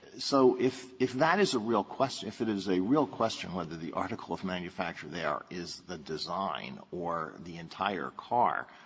so if if that is a real question, if it is a real question whether the article of manufacture there is the design or the entire car,